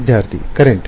ವಿದ್ಯಾರ್ಥಿ ಕರೆಂಟ್